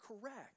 correct